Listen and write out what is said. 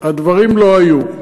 הדברים לא היו.